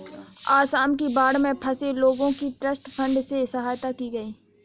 आसाम की बाढ़ में फंसे लोगों की ट्रस्ट फंड से सहायता की गई